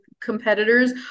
competitors